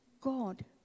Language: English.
God